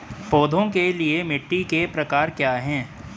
पौधों के लिए मिट्टी के प्रकार क्या हैं?